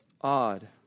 Odd